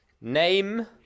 Name